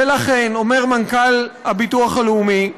ולכן, אומר מנכ"ל הביטוח הלאומי,